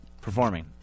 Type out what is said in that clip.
performing